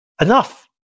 Enough